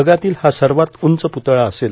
जगातील हा सर्वात उंच पुतळा असेल